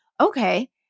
okay